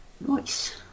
Nice